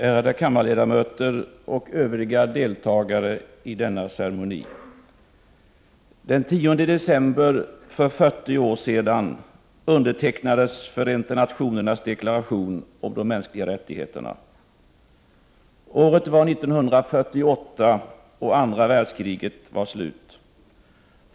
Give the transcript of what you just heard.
Ärade kammarledamöter och övriga deltagare i denna ceremoni! Den 10 december för 40 år sedan undertecknades Förenta nationernas deklaration om de mänskliga rättigheterna. Året var 1948 och andra världskriget var slut.